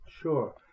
Sure